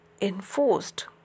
enforced